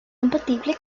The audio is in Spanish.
compatible